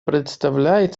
представляет